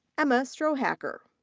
emma strohacker.